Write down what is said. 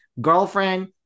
Girlfriend